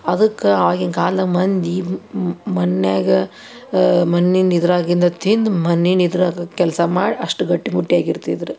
ಅದಕ್ಕೆ ಆಗಿನ ಕಾಲದ ಮಂದಿ ಮನೆಯಾಗ ಮಣ್ಣಿನ ಇದರಾಗಿಂದ ತಿಂದು ಮಣ್ಣಿನ ಇದರಾಗ ಕೆಲಸ ಮಾಡಿ ಅಷ್ಟು ಗಟ್ಟಿಮುಟ್ಟಾಗಿ ಇರ್ತೀರ